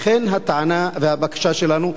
לכן הבקשה שלנו,